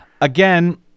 Again